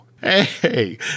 Hey